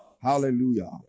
hallelujah